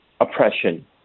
oppression